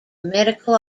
medical